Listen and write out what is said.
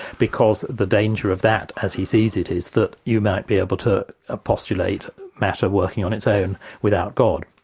because the danger of that as he sees it, is that you might be able to ah postulate matter working on its own without god.